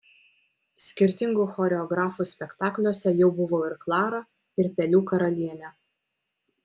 skirtingų choreografų spektakliuose jau buvau ir klara ir pelių karalienė